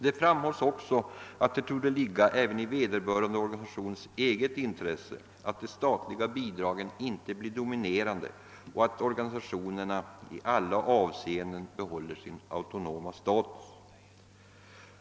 Det framhålles också att det torde ligga även i vederbörande organisations eget intresse att de statliga bidragen inte blir dominerande och att organisationerna i alla avseenden behåller sin autonoma status.